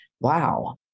wow